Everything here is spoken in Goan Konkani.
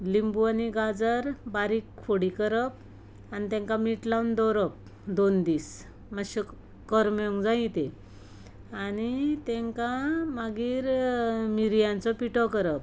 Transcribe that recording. लिंबू आनी गाजर बारीक फोडी करप आनी तेंकां मीठ लावन दवरप दोन दीस मातशे करमेवंक जायीं तीं आनी तेंकां मागीर मिऱ्यांचो पिठो करप